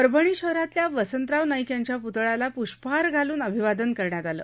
परभणी शहरातल्या वसंतराव नाईक यांच्या पुतळ्याला पुष्पहार घालून अभिवादन करण्यात आले